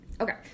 Okay